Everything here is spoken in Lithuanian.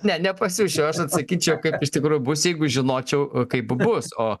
ne nepasiųsčiau aš atsakyčiau kaip iš tikrųjų bus jeigu žinočiau kaip bus o